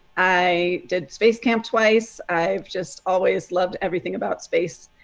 i did space camp twice. i've just always loved everything about space.